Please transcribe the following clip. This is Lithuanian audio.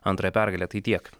antrą pergalę tai tiek